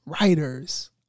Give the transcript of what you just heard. writers